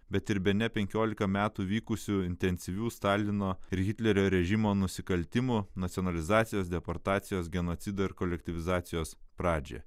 bet ir bene penkiolika metų vykusių intensyvių stalino ir hitlerio režimo nusikaltimų nacionalizacijos deportacijos genocido ir kolektyvizacijos pradžia